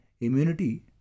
immunity